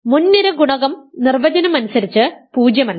മുൻനിര ഗുണകം നിർവചനം അനുസരിച്ച് പൂജ്യമല്ല